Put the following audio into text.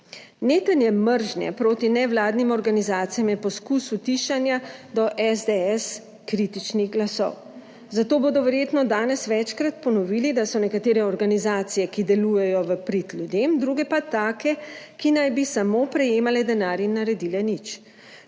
Netenje mržnje proti nevladnim organizacijam je poskus utišanja do SDS kritičnih glasov, zato bodo verjetno danes večkrat ponovili, da so nekatere organizacije, ki delujejo v prid ljudem, druge pa take, ki naj bi samo prejemale denar in naredile nič.